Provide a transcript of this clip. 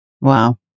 Wow